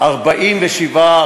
47,